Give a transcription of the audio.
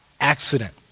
accident